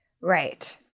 Right